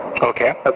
Okay